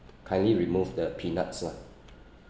kindly remove the peanuts [one]